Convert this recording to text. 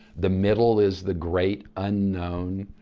the middle is the great unknown.